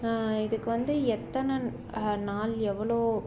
இதுக்கு வந்து எத்தனை நாள் எவ்வளோ